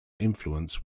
influence